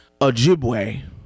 Ojibwe